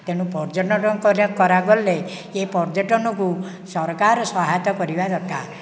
ତେଣୁ ପର୍ଯ୍ୟଟନ କରାଗଲେ ଏ ପର୍ଯ୍ୟଟନ କୁ ସରକାର ସହାୟତା କରିବା ଦରକାର